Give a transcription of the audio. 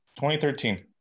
2013